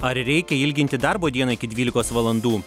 ar reikia ilginti darbo dieną iki dvylikos valandų